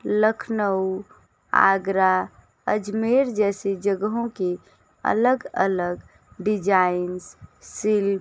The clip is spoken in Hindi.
लखनऊ आगरा अज़मेर जैसी जगहों की अलग अलग डिजाइंस शिल्प